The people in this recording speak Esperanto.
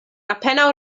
apenaŭ